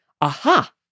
Aha